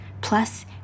Plus